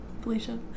Felicia